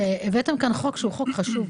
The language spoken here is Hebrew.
שהבאתם כאן חוק שהוא חוק חשוב.